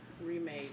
remade